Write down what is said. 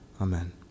Amen